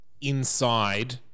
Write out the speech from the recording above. inside